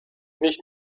nicht